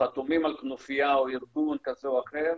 חתומים על כנופיה או ארגון כזה או אחר,